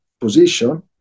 position